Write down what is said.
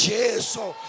Jesus